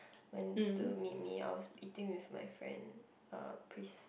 went to meet me I was eating with my friend uh Pris